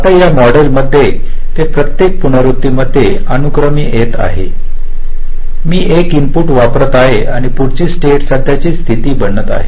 आता या मॉडेल मध्ये ते प्रत्येक पुनरावृत्ती मध्ये अनुक्रमे येत आहेत मी एक इनपुट वापरत आहे आणि पुढची स्टेट सध्याची स्थिती बनत आहे